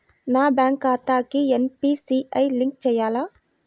నా బ్యాంక్ ఖాతాకి NPCI link చేయాలా?